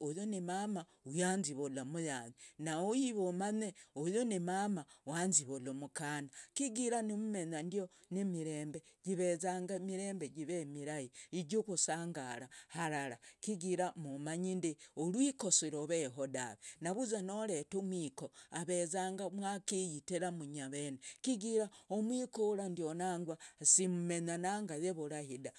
huyu n mama yanzivula umuyaye na huyu amanye huyu ni mama wanzivula umukana chigara nimumenyandi nimirembe jivezanga imiremb jiv imirahi. ijukusangara halala chigira mumanyinde urwiko siruveho dave navuzwa noreta umwiko ovezanga mwakiyitera munye avene chigira umwiko hura nango nangwa simumenya naye vurahi dave.